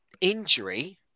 injury